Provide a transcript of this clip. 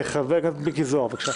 חבר הכנסת מיקי זוהר, בבקשה.